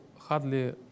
hardly